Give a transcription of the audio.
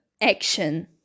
action